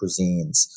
cuisines